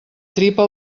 tripa